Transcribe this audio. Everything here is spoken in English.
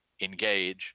engage